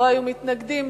אין מתנגדים,